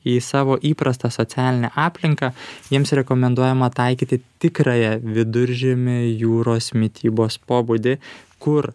į savo įprastą socialinę aplinką jiems rekomenduojama taikyti tikrąją viduržemio jūros mitybos pobūdį kur